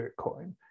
Bitcoin